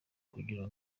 kugira